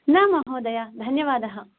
न महोदय धन्यवादः